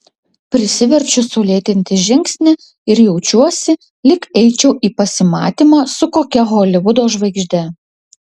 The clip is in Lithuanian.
prisiverčiu sulėtinti žingsnį ir jaučiuosi lyg eičiau į pasimatymą su kokia holivudo žvaigžde